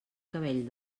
cabell